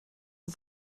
das